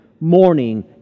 morning